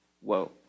whoa